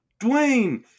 Dwayne